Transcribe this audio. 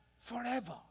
forever